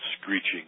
screeching